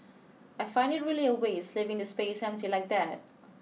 I find it really a waste leaving the space empty like that